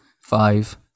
five